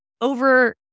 over